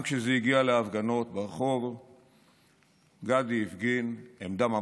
גם כשזה הגיע להפגנות ברחוב גדי הפגין עמדה ממלכתית.